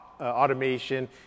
automation